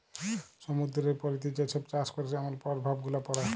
সমুদ্দুরের পলিতে যে ছব চাষ ক্যরে যেমল পরভাব গুলা পড়ে